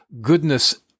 goodness